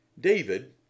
David